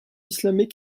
islamic